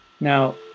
Now